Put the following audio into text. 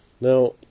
Now